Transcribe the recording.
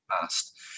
past